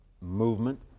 movement